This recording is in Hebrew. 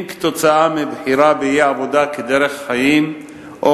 אם כתוצאה מבחירה באי-עבודה כדרך חיים או